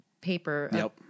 paper